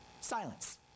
silence